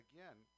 Again